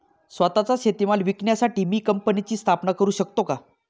स्वत:चा शेतीमाल विकण्यासाठी मी कंपनीची स्थापना करु शकतो का?